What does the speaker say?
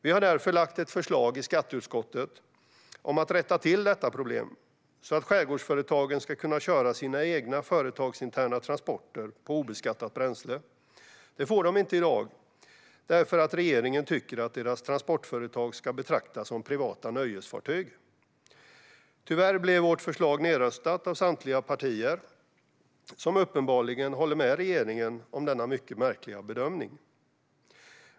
Vi har därför lagt fram ett förslag i skatteutskottet om att rätta till problemet så att skärgårdsföretagen ska kunna köra sina egna företagsinterna transporter på obeskattat bränsle. Det får de inte i dag därför att regeringen tycker att deras transportfartyg ska betraktas som privata nöjesfartyg. Tyvärr blev vårt förslag nedröstat av samtliga partier, som uppenbarligen håller med regeringen om den mycket märkliga bedömningen.